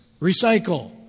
recycle